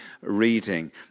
reading